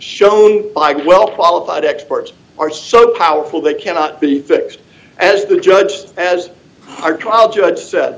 shown by well qualified experts are so powerful that cannot be fixed as the judge as our trial judge said